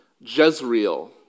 Jezreel